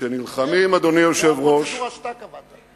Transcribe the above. זו הפרוצדורה שאתה קבעת.